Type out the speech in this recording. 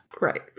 Right